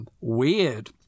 weird